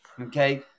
okay